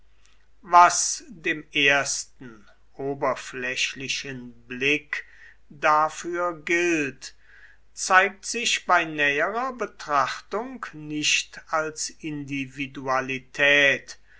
was dem ersten oberflächlichen blick dafür gilt zeigt sich bei näherer betrachtung nicht als individualität